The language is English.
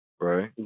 Right